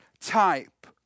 type